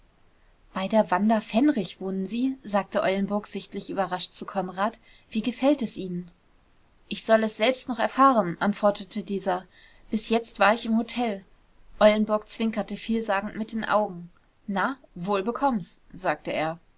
bei der wanda fennrich wohnen sie sagte eulenburg sichtlich überrascht zu konrad wie gefällt es ihnen ich soll es selbst noch erfahren antwortete dieser bis jetzt war ich im hotel eulenburg zwinkerte vielsagend mit den augen na wohl bekomm's sagte er